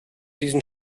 diesen